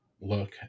look